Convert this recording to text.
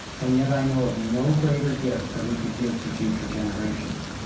and yet i know of no greater gift that we could give to future generations.